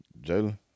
Jalen